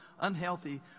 unhealthy